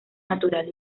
natural